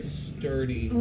sturdy